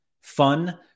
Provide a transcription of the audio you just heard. fun